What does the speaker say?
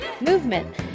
movement